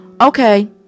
Okay